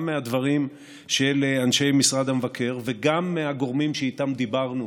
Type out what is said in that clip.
מהדברים של אנשי משרד המבקר וגם מהגורמים שאיתם דיברנו